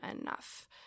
enough